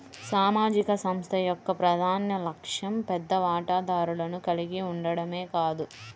సామాజిక సంస్థ యొక్క ప్రధాన లక్ష్యం పెద్ద వాటాదారులను కలిగి ఉండటమే కాదు